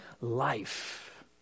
life